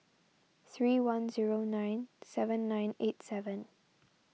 three one zero nine seven nine eight seven